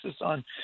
on